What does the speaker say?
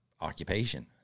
occupation